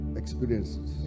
experiences